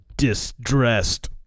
distressed